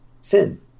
sin